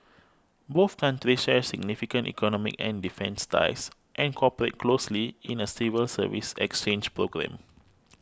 both countries share significant economic and defence ties and cooperate closely in a civil service exchange programme